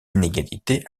inégalités